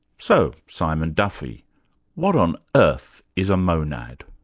so, simon duffy what on earth is a monad?